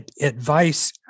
advice